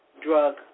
drug